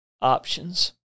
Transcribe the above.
options